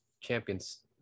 champions